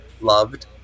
loved